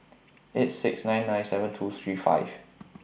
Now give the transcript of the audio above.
eight six nine nine seven two three five